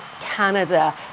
Canada